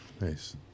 nice